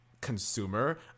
consumer